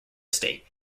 state